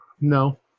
No